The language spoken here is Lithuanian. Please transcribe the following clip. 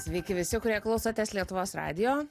sveiki visi kurie klausotės lietuvos radijo